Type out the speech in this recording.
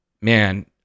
man